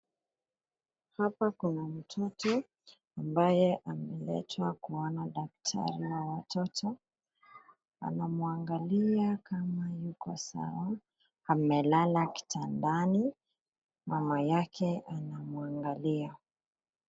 Hapa kuna mtoto , ambaye ameletwa kuona daktari wa watoto. Anamwangalia kama yuko sawa. Amelala kitandani , mama yake anamwangalia.